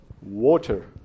water